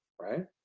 right